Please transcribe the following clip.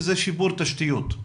וזה שיפור תשתיות?